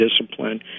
discipline